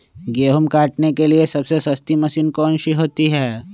गेंहू काटने के लिए सबसे सस्ती मशीन कौन सी होती है?